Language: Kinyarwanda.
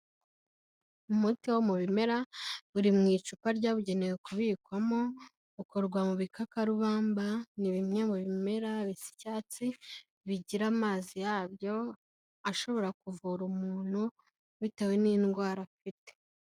Umuti wo mu bimera uri mu icupa ryabugenewe kubikwamo, ukorwa mu bikakarubamba, ni bimwe mu bimera bisa icyatsi, bigira amazi yabyo ashobora kuvura umuntu bitewe n'indwara afite.